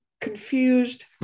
confused